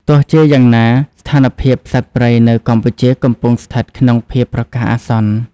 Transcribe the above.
ទោះជាយ៉ាងណា ស្ថានភាពសត្វព្រៃនៅកម្ពុជាកំពុងស្ថិតក្នុងភាពប្រកាសអាសន្ន។